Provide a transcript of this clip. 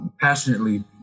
Passionately